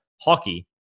hockey